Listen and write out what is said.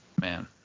man